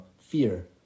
fear